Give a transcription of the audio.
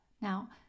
Now